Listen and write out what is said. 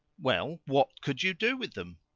well, what could you do with them?